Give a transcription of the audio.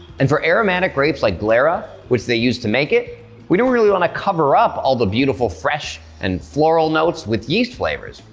and for aromatic grapes like glera which they use to make it we don't really wanna cover up all the beautiful fresh and floral notes with yeast flavors,